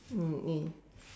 mm ya